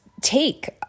take